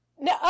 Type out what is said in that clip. No